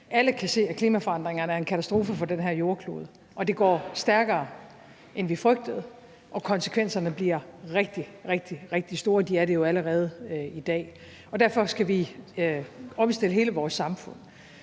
alle kan se, at klimaforandringerne er en katastrofe for den her jordklode, at det går stærkere, end vi frygtede, og at konsekvenserne bliver rigtig, rigtig store – det er de jo allerede i dag. Derfor skal vi omstille hele vores samfund.